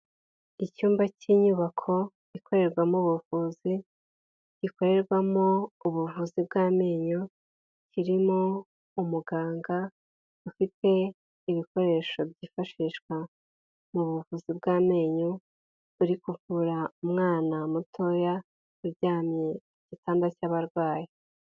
Icyumba cy'inyubako ikorerwamo ubuvuzi gikorerwamo ubuvuzi bw'amenyo, kirimo umuganga ufite ibikoresho byifashishwa mu buvuzi bw'amenyo uri kuvura mwana mutoya uryamye ku gitanda cy'abarwayi.